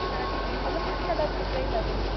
मतलब अच्छा डॉक्टर चाहिदा कोई